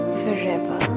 forever